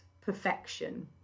perfection